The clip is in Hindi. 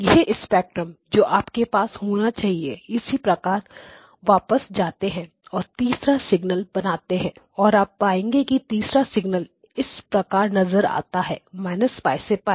यह स्पेक्ट्रम जो आपके पास होना चाहिए इसी प्रकार आप वापस जाते हैं और तीसरा सिग्नल बनाते हैं आप पाएंगे कि तीसरा सिग्नल इस प्रकार नजर आता है −π से π